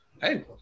hey